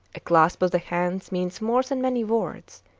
a clasp of the hands means more than many words,